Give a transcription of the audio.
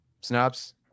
snaps